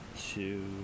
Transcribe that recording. two